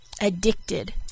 addicted